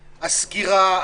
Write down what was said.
הסגירה,